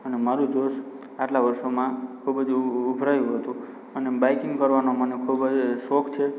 અને મારું જોશ આટલાં વર્ષોમાં ખૂબ જ ઉભરાયું હતું અને બાઇકિંગ કરવાનો મને ખૂબ જ શોખ છે